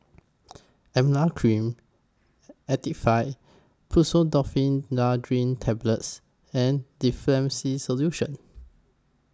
Emla Cream Actifed Tablets and Difflam C Solution